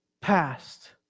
past